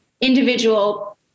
individual